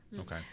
Okay